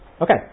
Okay